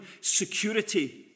security